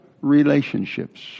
relationships